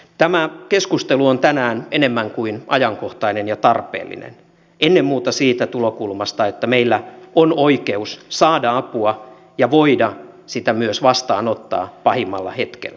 tämä keskustelu on tänään enemmän kuin ajankohtainen ja tarpeellinen ennen muuta siitä tulokulmasta että meillä on oikeus saada apua ja voida sitä myös vastaanottaa pahimmalla hetkellä